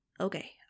Okay